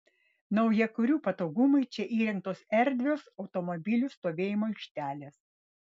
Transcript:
naujakurių patogumui čia įrengtos erdvios automobilių stovėjimo aikštelės